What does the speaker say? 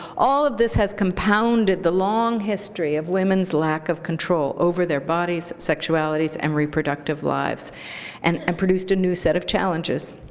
all of this has compounded the long history of women's lack of control over their bodies, sexualities, and reproductive lives and and produced a new set of challenges.